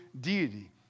deity